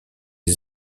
les